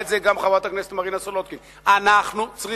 אמרה את זה גם חברת הכנסת מרינה סולודקין,